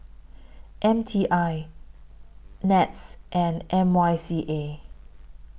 M T I Nets and Y M C A